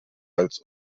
als